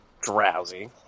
Drowsy